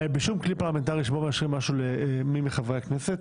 בשום כלי פרלמנטרי שבו מאשרים משהו למי מחברי הכנסת.